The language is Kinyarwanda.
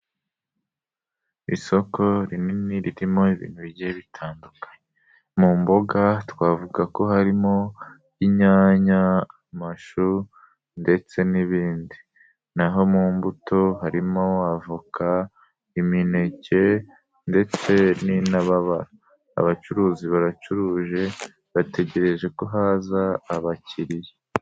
Isoko rinini ririmo ibintu bigiye bitandukanye, mu mboga twavuga ko harimo inyanya amashu ndetse n'ibindi. Naho mu mbuto harimo avoka, imineke ndetse n'intababara. Abacuruzi baracuruje, bategereje ko haza abakiriya.